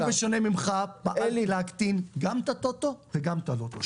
אני בשונה ממך פעלתי להקטין גם את הטוטו וגם את הלוטו.